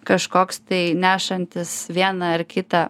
kažkoks tai nešantis vieną ar kitą